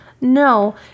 No